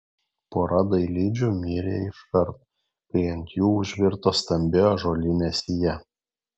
pora dailidžių mirė iškart kai ant jų užvirto stambi ąžuolinė sija